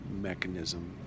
mechanism